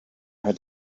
had